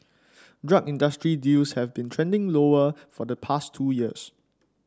drug industry deals have been trending lower for the past two years